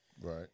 Right